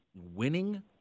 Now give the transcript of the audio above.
winning